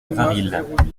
varilhes